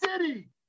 city